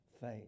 faith